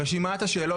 רשימת השאלות,